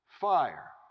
fire